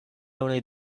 only